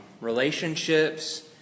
relationships